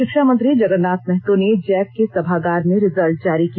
शिक्षा मंत्री जगरनाथ महतो ने जैक के सभागार में रिजल्ट जारी किया